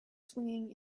swinging